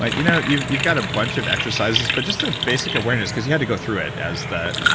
but you know you've you've got a bunch of exercises, but just a basic awareness because you had to go through it as the,